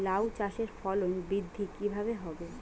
লাউ চাষের ফলন বৃদ্ধি কিভাবে হবে?